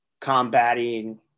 combating